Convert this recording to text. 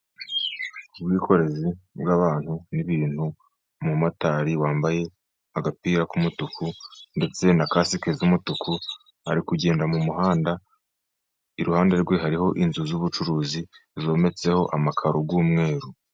Ubwikorezi bw'abantu ni'bintu, umumotari wambaye agapira k'umutuku ndetse na kasike z'umutuku ari kugenda mu muhanda, iruhande rwe hariho inzu z'ubucuruzi, zometseho amakaro y'umweru.